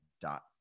dot